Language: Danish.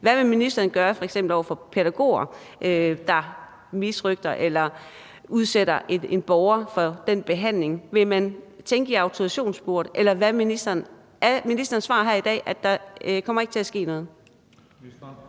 Hvad vil ministeren gøre over for f.eks. pædagoger, der misrøgter eller udsætter en borger for den behandling? Vil man tænke i autorisationssporet? Eller er ministerens svar her i dag, at der ikke kommer til at ske noget?